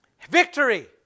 Victory